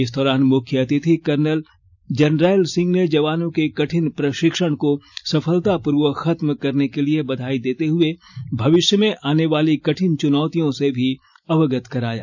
इस दौरान मुख्य अतिथि कर्नल जनरैल सिंह ने जवानों के कठिन प्रशिक्षण को सफलतापूर्वक खत्म करने के लिए बधाई देते हुए भविष्य में आने वाली कठिन चुनौतियों से भी अवगत कराया